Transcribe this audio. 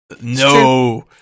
No